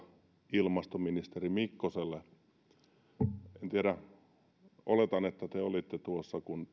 ilmastoministeri mikkoselle en tiedä olitteko oletan että te olitte tuossa kun